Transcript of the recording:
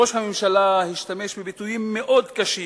ראש הממשלה השתמש בביטויים מאוד קשים